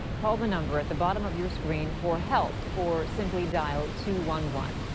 call the number at the bottom of your screen for help, or simply dial two one one.